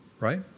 Right